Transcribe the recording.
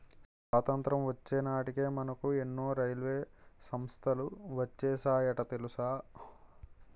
స్వతంత్రం వచ్చే నాటికే మనకు ఎన్నో రైల్వే సంస్థలు వచ్చేసాయట తెలుసా